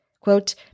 Quote